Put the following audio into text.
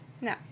no